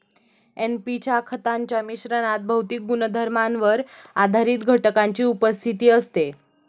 NP च्या खतांच्या मिश्रणात भौतिक गुणधर्मांवर आधारित घटकांची उपस्थिती असते